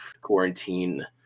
quarantine